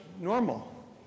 normal